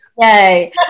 Yay